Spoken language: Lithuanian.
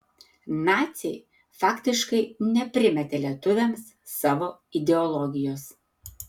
naciai faktiškai neprimetė lietuviams savo ideologijos